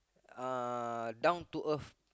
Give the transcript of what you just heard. uh down to earth